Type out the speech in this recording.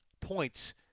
points